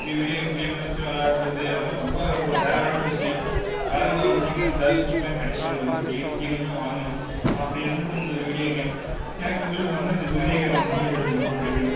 game video game வச்சு விளையாட்றது அதெலாம் ரொம்ப ஒரு ரேர்ரான விஷயம் யாருக்கும் அவ்வளோ சீக்கிரம் ஜாய்ஸ்டிக்லாம் கிடைக்காது ரொம்ப தேடித் தேடி தான் வாங்கணும் அப்படி இருந்தது அந்த வீடியோ கேம் எனக்கு எங்களுக்கு வந்து அந்த வீடியோ கேம் வந்து ரொம்ப பிடிக்கும்